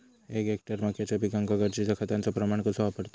एक हेक्टर मक्याच्या पिकांका गरजेच्या खतांचो प्रमाण कसो वापरतत?